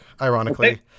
ironically